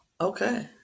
okay